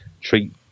treat